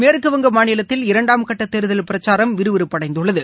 மேற்குவங்க மாநிலத்தில் இரண்டாம் கட்ட தேர்தல் பிரச்சாரம் விறுவிறுப்படைந்துள்ளது